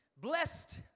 Blessed